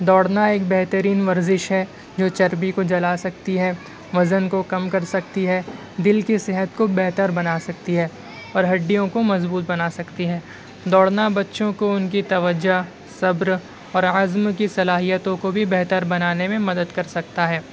دوڑنا ایک بہترین ورزش ہے جو چربی کو جلا سکتی ہے وزن کو کم سکتی ہے دل کے صحت کو بہتر بنا سکتی ہے اور ہڈیوں کو مضبوط بنا سکتی ہے دوڑنا بچوں کو ان کے توجہ صبر اور عزم کی صلاحیتوں کو بھی بہتر بنانے میں مدد کر سکتا ہے